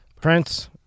prince